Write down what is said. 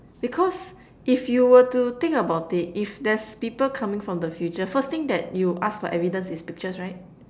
because if you were to think about it if there's people coming from the future first thing that you ask for evidence is pictures right